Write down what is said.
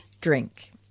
drink